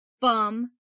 Bum